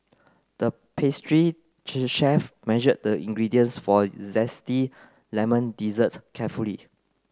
the pastry chef measured the ingredients for zesty lemon dessert carefully